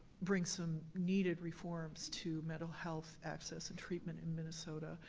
bring some needed reforms to mental health access and treatment in minnesota.